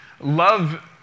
love